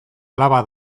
alaba